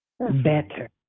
better